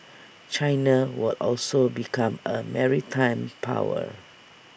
China will also become A maritime power